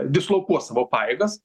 dislokuos savo pajėgas